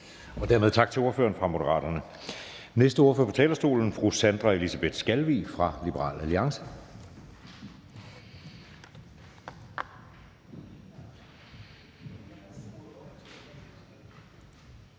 Dermed tak til ordføreren for Moderaterne. Næste ordfører på talerstolen er fru Sandra Elisabeth Skalvig fra Liberal Alliance.